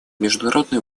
международный